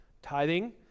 tithing